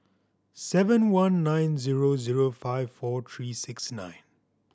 seven one nine zero zero five four three six nine